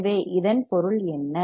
எனவே இதன் பொருள் என்ன